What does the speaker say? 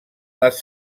les